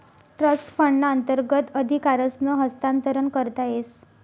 trust फंडना अंतर्गत अधिकारसनं हस्तांतरण करता येस